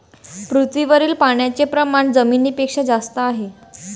पृथ्वीवरील पाण्याचे प्रमाण जमिनीपेक्षा जास्त आहे